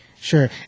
Sure